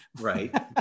Right